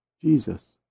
Jesus